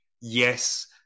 Yes